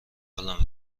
حالمه